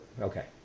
Okay